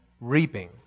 reaping